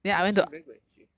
is she is she very good at history